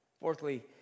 Fourthly